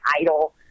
idol